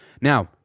Now